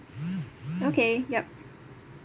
okay yup